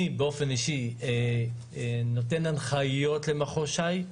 אני באופן אישי נותן הנחיות למחוז ש"י.